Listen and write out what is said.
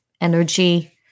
energy